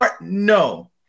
no